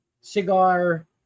Cigar